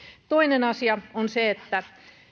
toinen asia on se että